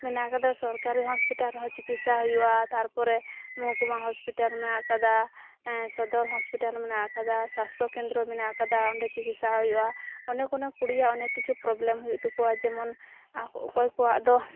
ᱢᱮᱱᱟᱜ ᱠᱟᱫᱟ ᱥᱚᱨᱠᱟᱨᱤ ᱦᱚᱸᱥᱯᱤᱴᱟᱞ ᱨᱮᱦᱚᱸ ᱪᱤᱠᱤᱥᱥᱟ ᱦᱩᱭᱩᱜᱼᱟ ᱛᱟᱨᱯᱚᱨᱮ ᱢᱩᱦᱩᱠᱩᱢᱟ ᱦᱚᱸᱥᱯᱤᱴᱟᱞ ᱢᱮᱱᱟᱜ ᱠᱟᱫᱟ ᱥᱚᱫᱚᱨ ᱦᱚᱸᱥᱯᱤᱴᱟᱞ ᱢᱮᱱᱟᱜ ᱠᱟᱫᱟ ᱥᱟᱥᱛᱚ ᱠᱮᱱᱫᱽᱨᱚ ᱢᱮᱱᱟᱜ ᱠᱟᱫᱟ ᱚᱸᱰᱮ ᱪᱤᱠᱤᱥᱥᱟ ᱦᱩᱭᱩᱜᱼᱟ ᱚᱱᱮᱠ ᱚᱱᱮᱠ ᱠᱩᱲᱤᱭᱟᱜ ᱚᱱᱮᱠ ᱠᱤᱪᱷᱩ ᱯᱨᱚᱵᱽᱞᱮᱢ ᱦᱩᱭᱩᱜ ᱛᱟᱠᱚᱣᱟ ᱡᱮᱢᱚᱱ ᱟᱠᱚ ᱚᱠᱚᱭ ᱠᱚᱣᱟᱜ ᱫᱚ